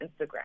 Instagram